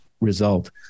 result